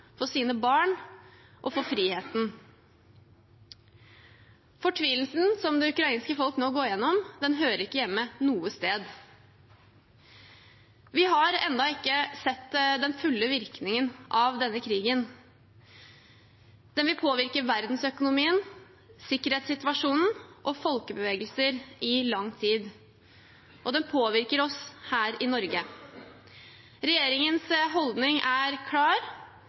for sine barn og for friheten. Fortvilelsen som det ukrainske folk nå går igjennom, hører ikke hjemme noe sted. Vi har ennå ikke sett den fulle virkningen av denne krigen. Den vil påvirke verdensøkonomien, sikkerhetssituasjonen og folkebevegelser i lang tid, og den påvirker også oss her i Norge. Regjeringens holdning er klar: